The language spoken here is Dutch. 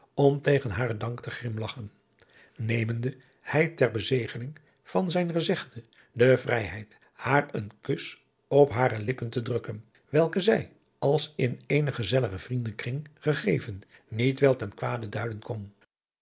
om tegen haren dank te grimlachen nemende hij ter bezegeling van zijn gezegde de vrijheid haar een kus op hare lippen te drukken welken zij als in eenen gezelligen vriendenkring gegeven niet wel ten kwade duiden kon